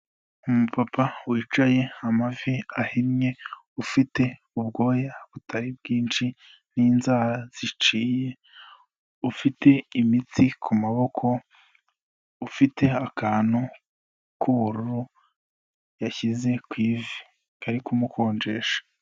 Umupapa wicaye amavi ahinnye ufite ubwoya butari bwinshi n'inzara ziciye, ufite imitsi ku maboko, ufite akantu k'ubururu yashyize ku ivi kari kumukonjesha.